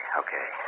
okay